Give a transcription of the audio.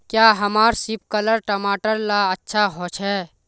क्याँ हमार सिपकलर टमाटर ला अच्छा होछै?